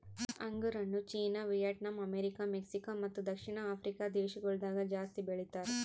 ಅಂಗುರ್ ಹಣ್ಣು China, Vietnam, America, Mexico ಮತ್ತ ದಕ್ಷಿಣ ಆಫ್ರಿಕಾ ದೇಶಗೊಳ್ದಾಗ್ ಜಾಸ್ತಿ ಬೆಳಿತಾರ್